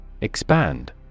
Expand